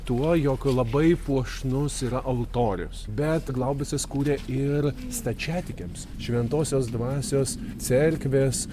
tuo jog labai puošnus yra altorius bet glaubicas kūrė ir stačiatikiams šventosios dvasios cerkvės